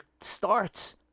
starts